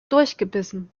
durchgebissen